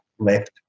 left